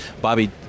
Bobby